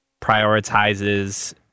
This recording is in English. prioritizes